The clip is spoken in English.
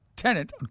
tenant